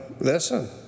listen